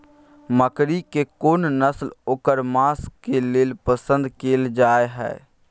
बकरी के कोन नस्ल ओकर मांस के लेल पसंद कैल जाय हय?